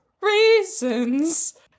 Reasons